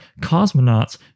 cosmonauts